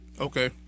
Okay